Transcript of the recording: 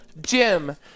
Jim